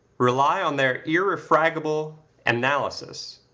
rely on their irrefragable analysis,